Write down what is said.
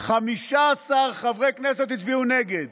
15 חברי כנסת הצביעו נגד.